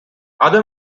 other